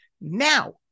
Now